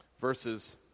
verses